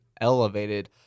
elevated